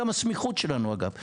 גם הסמיכות שלנו אגב.